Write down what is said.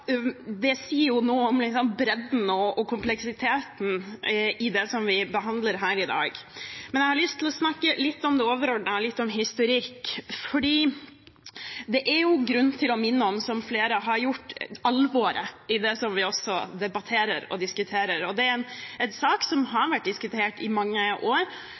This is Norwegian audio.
Det sier noe om bredden og kompleksiteten i det som vi behandler her i dag. Jeg har lyst til å snakke litt om det overordnede, litt om historikk, fordi det er grunn til å minne om – som flere har gjort – alvoret i det som vi debatterer og diskuterer. Dette er en sak som har vært diskutert i mange år,